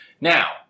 Now